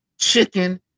chicken